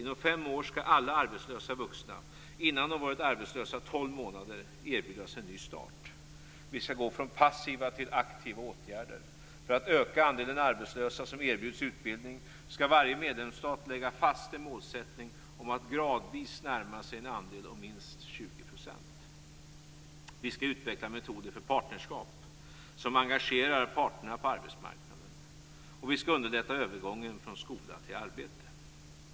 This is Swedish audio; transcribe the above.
Inom fem år skall alla arbetslösa vuxna innan de har varit arbetslösa tolv månader erbjudas en ny start. Vi skall gå från passiva till aktiva åtgärder. För att öka andelen arbetslösa som erbjuds utbildning skall varje medlemsstat lägga fast en målsättning om att gradvis närma sig en andel om minst 20 %. Vi skall utveckla metoder för partnerskap som engagerar parterna på arbetsmarknaden. Vi skall underlätta övergången från skola till arbete.